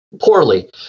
poorly